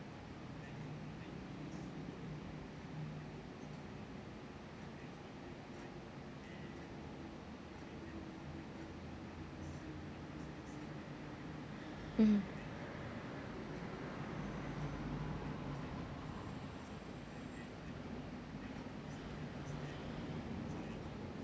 mmhmm